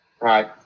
Right